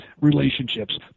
relationships